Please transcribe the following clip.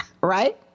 Right